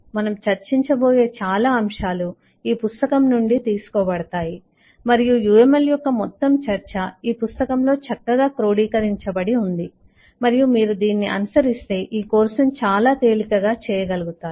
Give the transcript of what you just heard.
మనము చర్చించబోయే చాలా అంశాలు ఈ పుస్తకం నుండి తీసుకోబడతాయి మరియు UML యొక్క మొత్తం చర్చ ఈ పుస్తకంలో చక్కగా క్రోడీకరించబడి ఉంది మరియు మీరు దీనిని అనుసరిస్తే ఈ కోర్సును చాలా తేలికగా చేయగలుగుతారు